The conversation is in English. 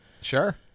Sure